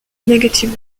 negative